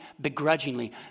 begrudgingly